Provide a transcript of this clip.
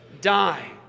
Die